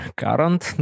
current